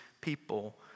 people